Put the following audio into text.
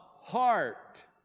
heart